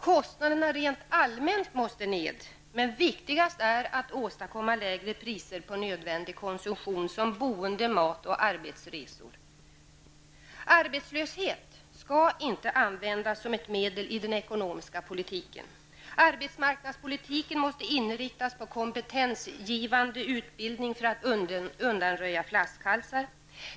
Kostnaderna rent allmänt måste ned, men viktigast är att åstadkomma lägre priser på nödvändig konsumtion som boende, mat och arbetsresor. Arbetslöshet skall inte användas som ett medel i den ekonomiska politiken. Arbetsmarknadspolitiken måste inriktas på kompetensgivande utbildning för att undanröja flaskhalsar.